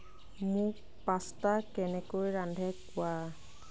মোক পাষ্টা কেনেকৈ ৰান্ধে কোৱা